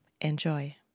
Enjoy